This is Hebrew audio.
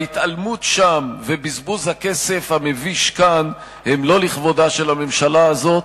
ההתעלמות שם ובזבוז הכסף המביש כאן הם לא לכבודה של הממשלה הזאת,